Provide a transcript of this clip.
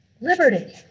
liberty